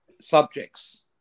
subjects